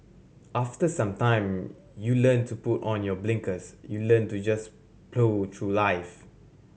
after some time you learn to put on your blinkers you learn to just through life